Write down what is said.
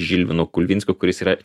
žilvinu kulvinskiu kuris yra